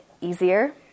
easier